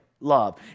love